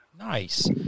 Nice